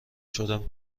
شدم